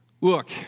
Look